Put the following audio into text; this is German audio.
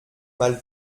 mal